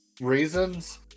reasons